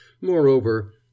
Moreover